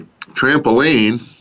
trampoline